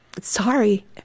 sorry